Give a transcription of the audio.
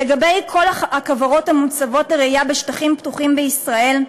לגבי כל הכוורות המוצבות לרעייה בשטחים פתוחים בישראל,